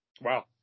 Wow